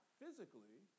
physically